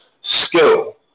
skill